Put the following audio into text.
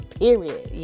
period